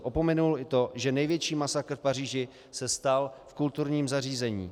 Opomenul i to, že největší masakr v Paříži se stal v kulturním zařízení.